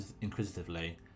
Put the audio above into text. inquisitively